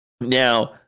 now